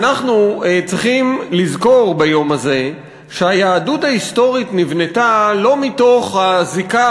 אנחנו צריכים לזכור ביום הזה שהיהדות ההיסטורית נבנתה לא מתוך הזיקה